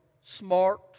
smart